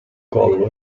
collo